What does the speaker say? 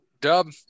Dub